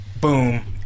Boom